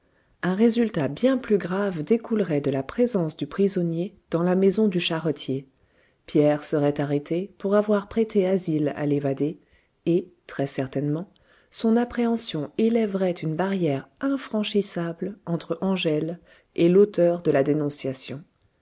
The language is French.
un résultat bien plus grave découlerait de la présence du prisonnier dans la maison du charretier pierre serait arrêté pour avoir prêté asile à l'évadé et très-certainement son appréhension élèverait une barrière infranchissable entre angèle et l'auteur de la dénonciation